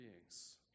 beings